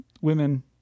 women